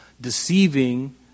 deceiving